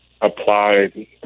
applied